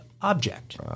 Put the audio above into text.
object